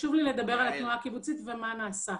חשוב לי לדבר על התנועה הקיבוצית ומה נעשה.